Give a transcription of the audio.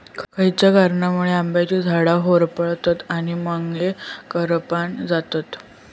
खयच्या कारणांमुळे आम्याची झाडा होरपळतत आणि मगेन करपान जातत?